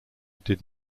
did